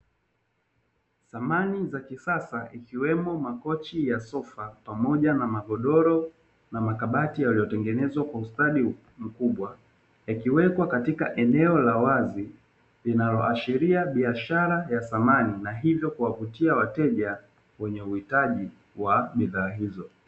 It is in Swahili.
Samani za kisasa ikiwemo makochi ya sofa pamoja na magodoro, na makabati yaliyotengenezwa kwa ustadi mkubwa; yakiwekwa katika eneo la wazi, inayoashiria biashara ya samani na hivyo kuwavutia wateja wenye uhitaji wa bidhaa hizo.